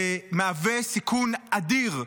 זה מהווה סיכון אדיר,